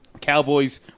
Cowboys